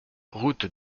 route